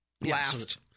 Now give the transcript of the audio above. last